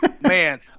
Man